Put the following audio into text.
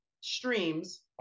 streams